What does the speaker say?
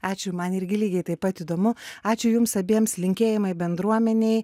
ačiū man irgi lygiai taip pat įdomu ačiū jums abiems linkėjimai bendruomenei